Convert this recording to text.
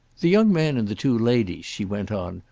the young man and the two ladies, she went on,